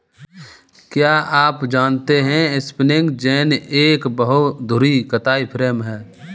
क्या आप जानते है स्पिंनिंग जेनि एक बहु धुरी कताई फ्रेम है?